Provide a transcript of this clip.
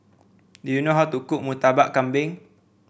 do you know how to cook Murtabak Kambing